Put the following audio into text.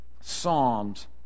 Psalms